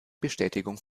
bestätigung